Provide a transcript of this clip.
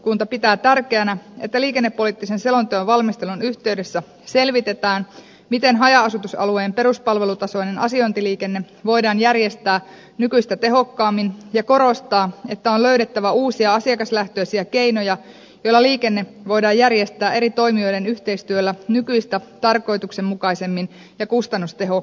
valiokunta pitää tärkeänä että liikennepoliittisen selonteon valmistelun yhteydessä selvitetään miten haja asutusalueen peruspalvelutasoinen asiointiliikenne voidaan järjestää nykyistä tehokkaammin ja korostaa että on löydettävä uusia asiakaslähtöisiä keinoja joilla liikenne voidaan järjestää eri toimijoiden yhteistyöllä nykyistä tarkoituksenmukaisemmin ja kustannustehokkaammin